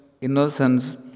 innocence